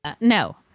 No